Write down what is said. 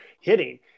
hitting